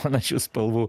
panašių spalvų